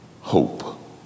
hope